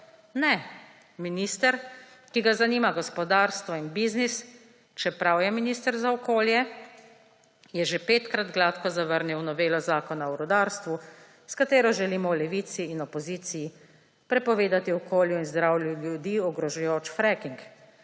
Ne! Minister, ki ga zanima gospodarstvo in biznis, čeprav je minister za okolje, je že petkrat gladko zavrnil novelo Zakona o rudarstvu, s katero želimo v Levici in opoziciji prepovedati okolju in zdravju ljudi ogrožajoč fracking,